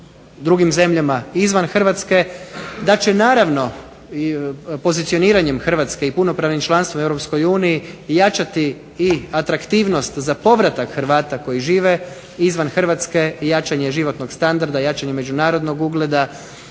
drugim zemljama izvan Hrvatske, da će naravno pozicioniranjem Hrvatske i punopravnim članstvom u EU jačati i atraktivnost za povratak Hrvata koji žive izvan Hrvatske jačanjem životnog standarda, jačanjem međunarodnog ugleda,